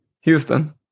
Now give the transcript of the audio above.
Houston